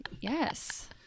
Yes